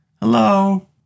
hello